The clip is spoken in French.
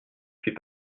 puis